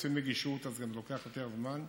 כשרוצים נגישות אז זה גם לוקח יותר זמן,